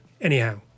Anyhow